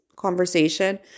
Conversation